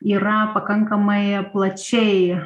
yra pakankamai plačiai